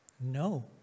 no